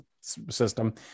system